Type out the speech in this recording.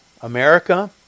America